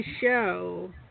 show